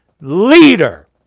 leader